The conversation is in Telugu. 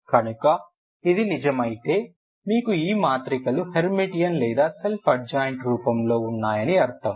కనుక ఇది నిజమైతే మీకు ఈ మాత్రికలు హెర్మిటియన్ లేదా సెల్ఫ్ అడ్జాయింట్ రూపం లో ఉన్నాయని అర్థం